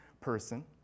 person